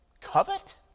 covet